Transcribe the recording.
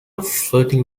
flirting